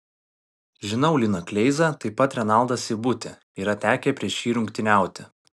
žinau liną kleizą taip pat renaldą seibutį yra tekę prieš jį rungtyniauti